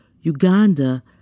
Uganda